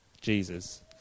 Jesus